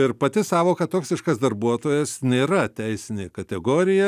ir pati sąvoka toksiškas darbuotojas nėra teisinė kategorija